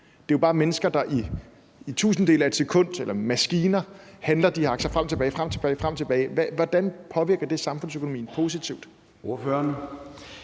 Det er bare maskiner, der i en tusindedel af et sekund handler de her aktier frem og tilbage igen og igen. Hvordan påvirker det samfundsøkonomien positivt?